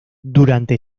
durante